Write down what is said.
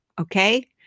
okay